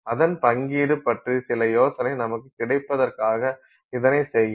அதன் பங்கீடு பற்றி சில யோசனை நமக்கு கிடைப்பதற்காக இதனை செய்கிறோம்